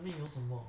什什么